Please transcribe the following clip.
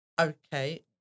Okay